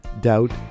doubt